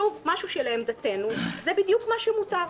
שוב, משהו שלעמדתנו זה בדיוק מה שמותר.